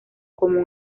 como